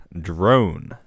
drone